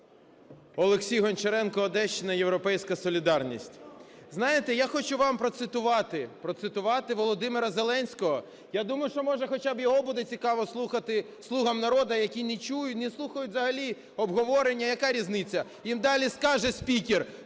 Олексій Гончаренко, Одещина, "Європейська солідарність". Знаєте, я хочу вам процитувати, процитувати Володимира Зеленського. Я думаю, що може хоча б його буде цікав слухати "Слугам народу", які не слухають взагалі обговорення, яка різниця. Їм далі скаже спікер